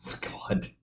God